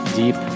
deep